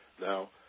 Now